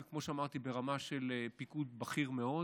כמו שאמרתי, ברמה של פיקוד בכיר מאוד,